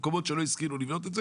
במקומות שלא השכילו לבנות את זה,